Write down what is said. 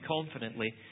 confidently